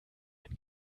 ein